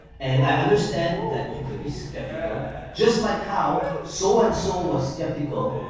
and i understand that you could be skeptical, just like how so and so was skeptical,